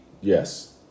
Yes